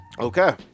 okay